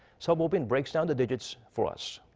so bo-bin breaks down the digits for us.